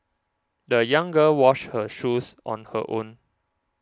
the young girl washed her shoes on her own